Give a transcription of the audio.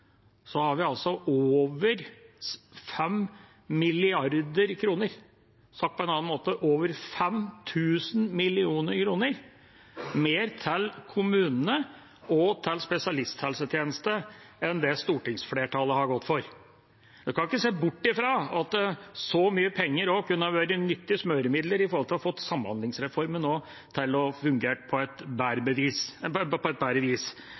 har vi over 5 mrd. kr – sagt på en annen måte, over 5 000 mill. kr – mer til kommunene og til spesialisthelsetjeneste enn det stortingsflertallet har gått for. En kan ikke se bort fra at så mye penger også kunne vært nyttige smøremidler når det nå gjelder å få samhandlingsreformen til å fungere på et bedre vis, så det er et